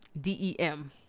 D-E-M